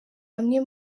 amwe